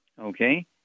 okay